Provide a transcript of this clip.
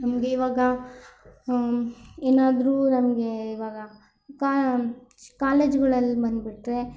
ನಮಗೆ ಇವಾಗ ಏನಾದ್ರೂ ನಮಗೆ ಇವಾಗ ಕಾಲೇಜುಗಳಲ್ಲಿ ಬಂದ್ಬಿಟ್ರೆ